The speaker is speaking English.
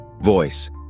Voice